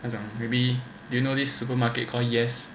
那种 maybe did you know this supermarket call Yes